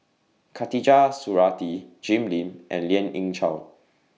Khatijah Surattee Jim Lim and Lien Ying Chow